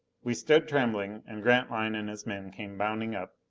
we stood trembling. and grantline and his men came bounding up,